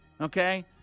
Okay